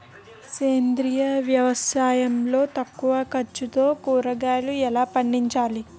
సేంద్రీయ వ్యవసాయం లో తక్కువ ఖర్చుతో కూరగాయలు ఎలా పండించాలి?